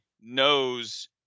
knows